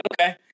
okay